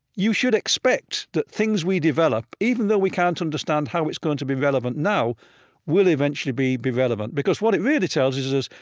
you should expect that things we develop even though we can't understand how it's going to be relevant now will eventually be be relevant. because what it really tells us is,